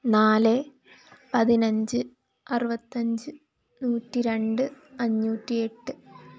നാല് പതിനഞ്ച് അറുപത്തഞ്ച് നൂറ്റിരണ്ട് അഞ്ഞൂറ്റി എട്ട്